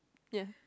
yeah